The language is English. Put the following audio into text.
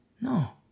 No